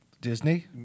Disney